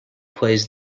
plays